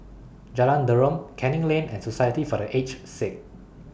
Jalan Derum Canning Lane and Society For The Aged Sick